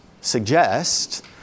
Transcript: suggest